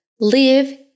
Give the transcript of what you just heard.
live